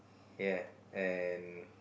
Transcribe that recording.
ya and